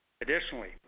Additionally